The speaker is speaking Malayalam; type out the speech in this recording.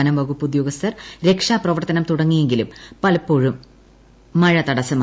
വനം വകുപ്പ് ഉദ്യോഗസ്ഥർ രക്ഷാപ്രവർത്തനം തുടുങ്ങിയ്ക്കിലും പലപ്പോഴും മഴ തടസ്സമായി